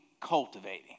cultivating